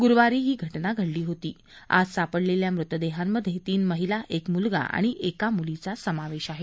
ग्रुवारी ही घटना घडली होती आज सापडलेल्या मृतदेहांमध्ये तीन महिला एक म्लगा आणि एका म्लीचा समावेश आहे